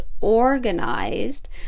organized